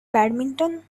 badminton